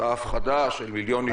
אותה הפחדה של מיליון נדבקים.